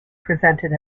presented